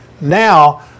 now